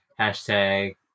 hashtag